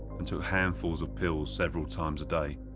and took handfuls of pills several times a day.